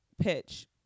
pitch